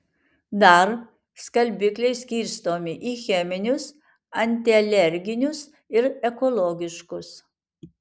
dar skalbikliai skirstomi į cheminius antialerginius ir ekologiškus